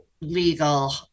legal